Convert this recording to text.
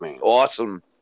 awesome